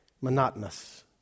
monotonous